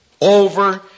over